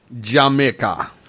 Jamaica